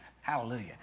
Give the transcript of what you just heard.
Hallelujah